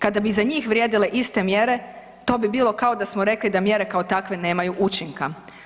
Kada bi za njih vrijedile iste mjere to bi bilo kao da smo rekli da mjere kao takve nemaju učinka.